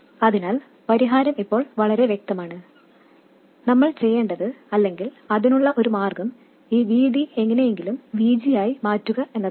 അതിനാൽ പരിഹാരം ഇപ്പോൾ വളരെ വ്യക്തമാണ് നമ്മൾ ചെയ്യേണ്ടത് അല്ലെങ്കിൽ അതിനുള്ള ഒരു മാർഗ്ഗം ഈ VD എങ്ങനെയെങ്കിലും VG യായി മാറ്റുക എന്നതാണ്